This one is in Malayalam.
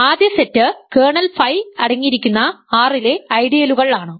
ആദ്യ സെറ്റ് കേർണൽ ഫൈ അടങ്ങിയിരിക്കുന്ന R ലെ ഐഡിയലുകൾ ആണ്